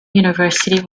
university